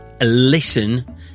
listen